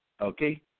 okay